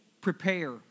prepare